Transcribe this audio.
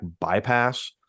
bypass